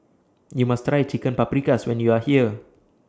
YOU must Try Chicken Paprikas when YOU Are here